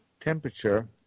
temperature